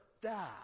die